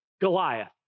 Goliath